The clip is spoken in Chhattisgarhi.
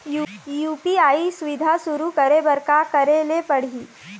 यू.पी.आई सुविधा शुरू करे बर का करे ले पड़ही?